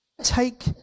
take